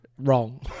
Wrong